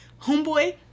homeboy